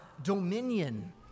dominion